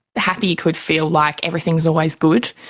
happy could feel like everything is always good,